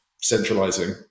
centralizing